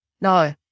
No